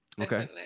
Okay